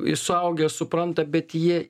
i suaugę supranta bet jie